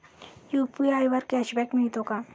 UPI वर cashback मिळतो का?